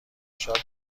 شاد